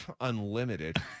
Unlimited